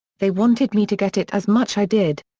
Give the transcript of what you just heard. they wanted me to get it as much i did.